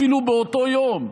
אפילו באותו יום,